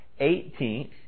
18th